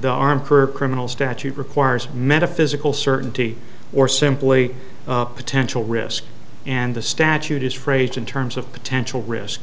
the arm per criminal statute requires metaphysical certainty or simply a potential risk and the statute is phrased in terms of potential risk